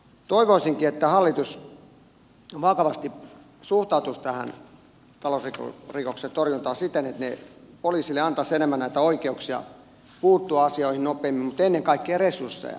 toivoisinkin että hallitus vakavasti suhtautuisi tähän talousrikosten torjuntaan siten että se poliisille antaisi enemmän näitä oikeuksia puuttua asioihin nopeammin mutta ennen kaikkea resursseja